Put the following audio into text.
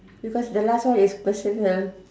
because the last one is personal